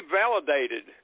validated